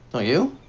don't you?